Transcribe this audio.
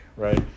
Right